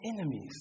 enemies